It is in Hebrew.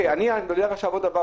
אדוני היושב-ראש, עוד דבר,